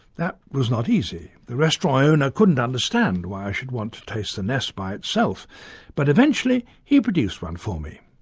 that was not easy. the restaurant owner couldn't understand why i should want to taste the nest by itself but eventually he produced one for me.